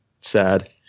Sad